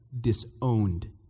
disowned